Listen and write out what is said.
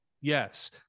Yes